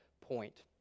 point